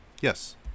Yes